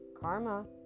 karma